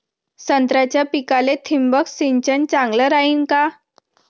संत्र्याच्या पिकाले थिंबक सिंचन चांगलं रायीन का?